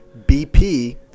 BP